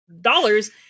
dollars